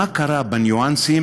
מה קרה בניואנסים.